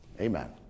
Amen